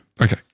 Okay